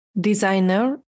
designer